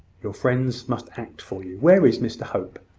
your friends must act for you. where is mr hope?